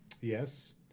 yes